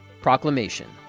Proclamation